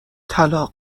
طلاق